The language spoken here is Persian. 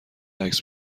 عکس